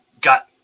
got